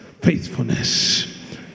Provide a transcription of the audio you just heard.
faithfulness